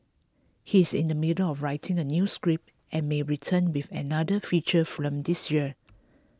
he is in the middle of writing a new script and may return with another feature film this year